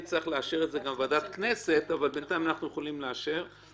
הצבעה בעד, פה אחד נגד, אין נמנעים, אין אושר.